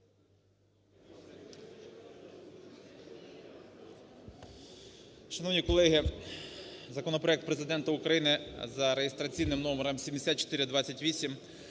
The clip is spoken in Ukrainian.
Шановні колеги, законопроект Президента України за реєстраційним номером 7428